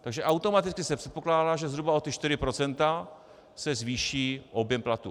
Takže automaticky se předpokládá, že zhruba o 4 % se zvýší objem platů.